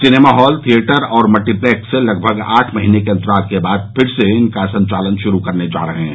cinema hall theatre और multiplex लगभग आठ महीने के अंतराल के बाद संचालन फिर से शुरू करने जा रहे हैं